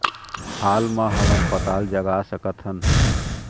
हाल मा हमन पताल जगा सकतहन?